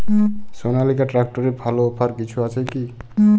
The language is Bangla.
সনালিকা ট্রাক্টরে ভালো অফার কিছু আছে কি?